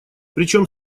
причем